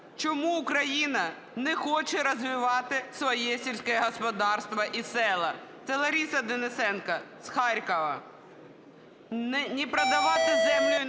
"Чому Україна не хоче розвивати своє сільське господарство і села?" – це Лариса Денисенко з Харкова. "Не продавати землю іноземцям та